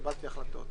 קיבלתי החלטות.